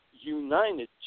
United